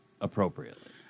appropriately